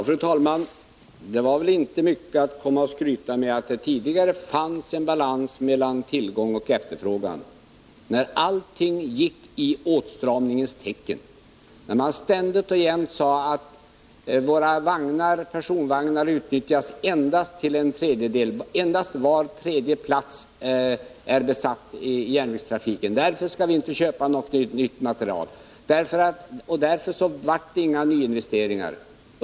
Fru talman! Att tillgång och efterfrågan tidigare balanserade varandra är väl inte mycket att komma och skryta med nu. Allting gick då i åtstramningens tecken, och man sade ständigt och jämt: Våra personvagnar utnyttjas endast till en tredjedel, så att endast var tredje plats är besatt i järnvägstrafiken, så vi skall inte köpa något nytt material! Därför blev det inga nyinvesteringar.